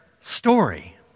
story